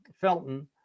Felton